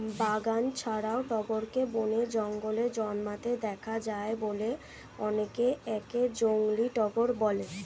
বাগান ছাড়াও টগরকে বনে, জঙ্গলে জন্মাতে দেখা যায় বলে অনেকে একে জংলী টগর বলে